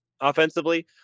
offensively